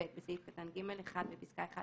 (ב)בסעיף קטן (ג) (1)בפסקה (1),